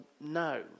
no